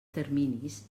terminis